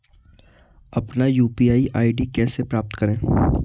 अपना UPI ID कैसे प्राप्त करें?